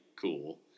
cool